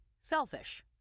selfish